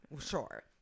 sure